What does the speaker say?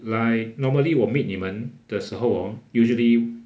like normally 我 meet 你们的时候 hor usually